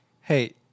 Hey